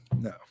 No